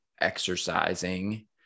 exercising